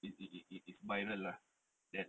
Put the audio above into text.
it's it's it's it's viral lah then